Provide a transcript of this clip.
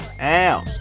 Ow